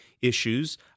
issues